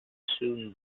soon